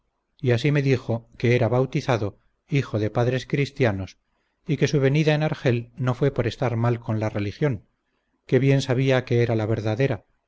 y así me dijo que era bautizado hijo de padres cristianos y que su venida en argel no fue por estar mal con la religión que bien sabía que era la verdadera